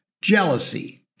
Jealousy